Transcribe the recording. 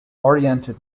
oriented